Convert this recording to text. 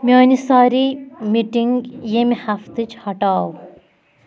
میانہِ سارے مِٹِنگ ییٚمہِ ہفتٕچ ہٹاو